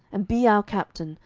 and be our captain,